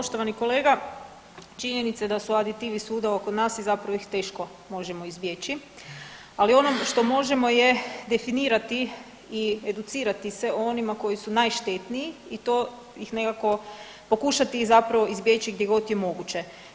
Poštovani kolega, činjenica je da su aditivi svuda oko nas i zapravo ih teško možemo izbjeći, ali ono što možemo je definirati i educirati se o onima koji su najštetniji i to ih nekako pokušati i zapravo izbjeći gdje god je moguće.